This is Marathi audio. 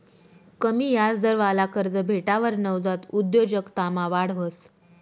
कमी याजदरवाला कर्ज भेटावर नवजात उद्योजकतामा वाढ व्हस